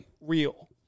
real